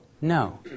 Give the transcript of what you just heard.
No